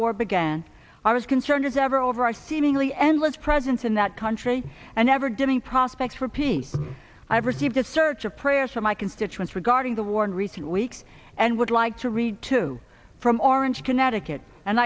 war began are as concerned as ever over our seemingly endless presence in that country and never demean prospects for peace i have received a search of prayers for my constituents regarding the war in recent weeks and would like to read to from orange connecticut and